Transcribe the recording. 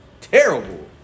terrible